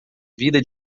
vida